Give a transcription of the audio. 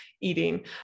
eating